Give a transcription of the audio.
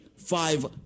Five